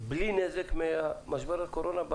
או בלי נזק עסקי ממשבר הקורונה,